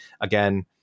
again